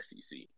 SEC